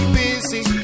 busy